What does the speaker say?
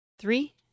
Three